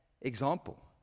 example